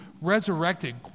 resurrected